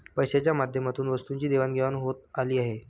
पैशाच्या माध्यमातून वस्तूंची देवाणघेवाण होत आली आहे